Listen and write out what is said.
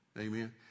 Amen